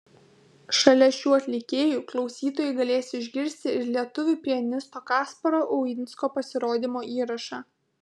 šalia šių atlikėjų klausytojai galės išgirsti ir lietuvių pianisto kasparo uinsko pasirodymo įrašą